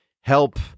help